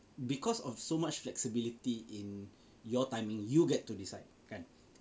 because of so much flexibility in your timing you get to decide kan